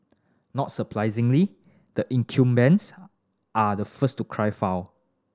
not surprisingly the incumbents are the first to cry foul